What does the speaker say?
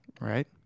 Right